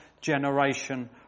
generation